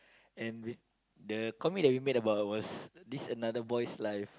and it the comic that we made about was this another boy's life